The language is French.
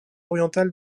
orientale